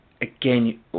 again